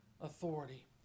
authority